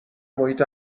محیط